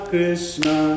Krishna